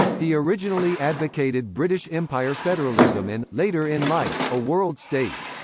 he originally advocated british empire federalism and, later in life a world state.